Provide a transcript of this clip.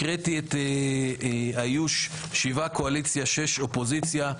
הקראתי את האיוש שבע קואליציה, שש אופוזיציה.